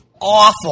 awful